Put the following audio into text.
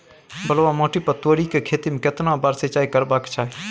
बलुआ माटी पर तोरी के खेती में केतना बार सिंचाई करबा के चाही?